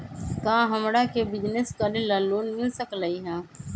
का हमरा के बिजनेस करेला लोन मिल सकलई ह?